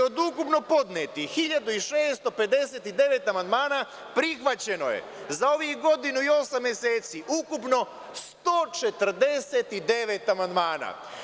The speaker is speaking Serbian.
Od ukupno podnetih 1.659 amandmana prihvaćeno je za ovih godinu i osam meseci ukupno 149 amandmana.